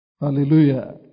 Hallelujah